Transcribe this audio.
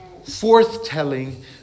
forth-telling